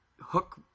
hook